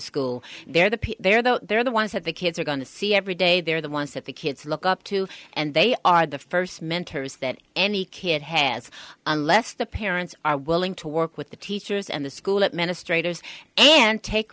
school they're that they're though they're the ones have the kids are going to see every day they're the ones that the kids look up to and they are the first mentors that any kid has unless the parents are willing to work with the teachers and the school administrators and take